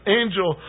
angel